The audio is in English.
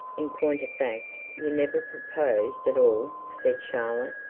in point of fact, you never proposed at all said charlotte.